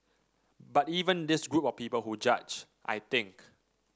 but even this group of people who judge I think